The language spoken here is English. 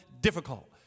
difficult